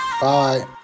Bye